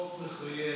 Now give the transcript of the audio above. החוק מחייב: